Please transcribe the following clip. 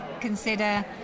consider